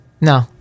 No